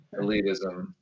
elitism